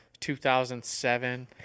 2007